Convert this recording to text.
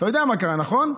אתה יודע מה קרה, נכון?